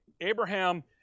Abraham